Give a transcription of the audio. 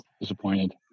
disappointed